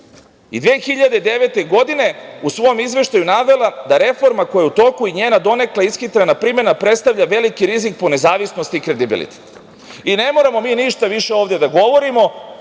I 2009. godine u svom Izveštaju je navela da reforma koja je u toku i njena, donekle ishitrena primena predstavlja veliki rizik po nezavisnost i kredibilitet. Ne moramo mi ništa više ovde da govorimo,